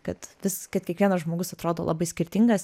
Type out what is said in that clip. kad vis kad kiekvienas žmogus atrodo labai skirtingas